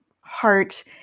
heart